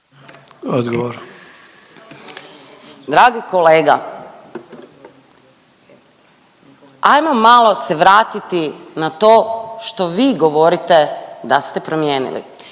Dragi kolega ajmo malo se vratiti na to što vi govorite da ste promijenili.